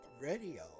radio